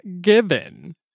Given